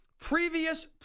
previous